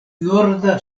norda